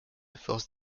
force